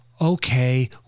okay